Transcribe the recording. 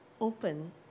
open